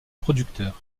producteur